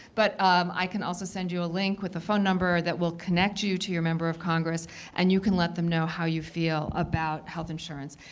but i can also send you a link with a phone number that will connect you to your member of congress, and you can let them know how you feel about health insurance.